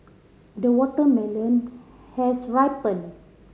the watermelon has ripened